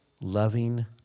loving